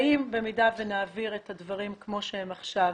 אם נעביר את הדברים כמו שהם עכשיו,